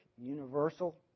universal